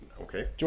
Okay